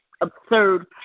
absurd